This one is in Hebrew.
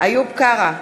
איוב קרא,